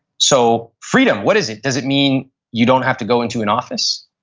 so freedom, what is it? does it mean you don't have to go into an office?